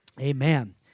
amen